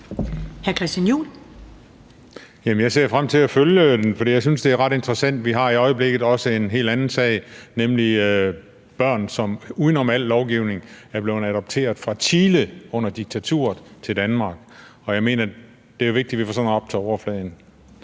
jeg ser frem til at følge den, for jeg synes, det er ret interessant. Vi har i øjeblikket også en helt anden sag, nemlig en sag om børn, som uden om al lovgivning er blevet adopteret fra Chile under diktaturet til Danmark. Og jeg mener, det er vigtigt, at vi får sådan noget op til overfladen.